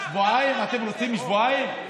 אתם רוצים שבועיים?